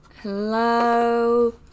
hello